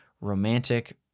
romantic